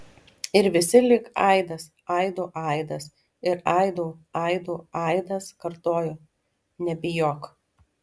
ir visi lyg aidas aidų aidas ir aidų aidų aidas kartojo nebijok